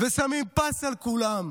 ושמים פס על כולם.